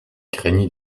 craignit